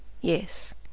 Yes